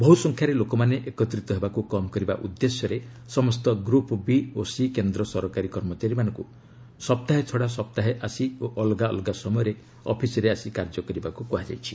ବହୁ ସଂଖ୍ୟାରେ ଲୋକମାନେ ଏକତ୍ରିତ ହେବାକୁ କମ୍ କରିବା ଉଦ୍ଦେଶ୍ୟରେ ସମସ୍ତ ଗ୍ରପ୍ ବି ଓ ସି କେନ୍ଦ୍ର ସରକାରୀ କର୍ମଚାରୀମାନଙ୍କୁ ସପ୍ତାହେ ଛଡ଼ା ସପ୍ତାହେ ଆସି ଓ ଅଲଗା ଅଲଗା ସମୟରେ ଅଫିସରେ ଆସି କାର୍ଯ୍ୟ କରିବାକୁ କ୍ହାଯାଇଛି